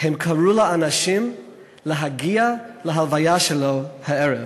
הם קראו לאנשים להגיע להלוויה שלו הערב,